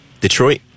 Detroit